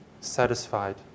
satisfied